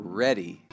ready